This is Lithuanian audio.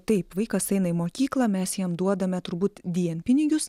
taip vaikas eina į mokyklą mes jam duodame turbūt dienpinigius